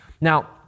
Now